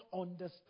understand